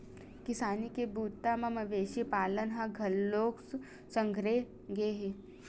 किसानी के बूता म मवेशी पालन ल घलोक संघेरे गे हे